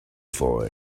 for